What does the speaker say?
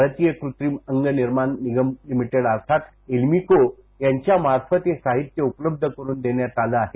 भारतीय कृत्रिम अंग निर्माण निगम लिमिटेड अर्थात एलिम्को यांच्या मार्फत हे साहित्य उपलब्ध करुन देण्यात आलं आहे